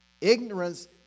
Ignorance